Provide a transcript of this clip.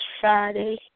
Friday